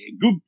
good